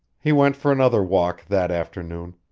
he went for another walk that afternoon,